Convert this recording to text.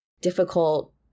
difficult